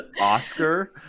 oscar